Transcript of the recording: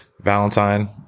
Valentine